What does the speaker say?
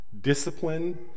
discipline